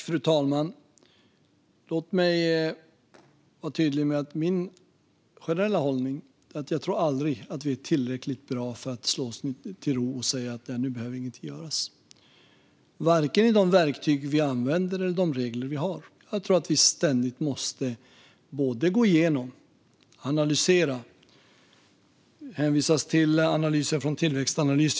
Fru talman! Låt mig vara tydlig med min generella hållning. Jag tror aldrig att vi kommer att vara så bra att vi kan slå oss till ro och säga: Nu behöver ingenting göras. Det gäller de verktyg vi använder och de regler vi har. Jag tror att vi ständigt måste både gå igenom och analysera. Det hänvisas till analyser från Tillväxtanalys.